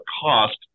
cost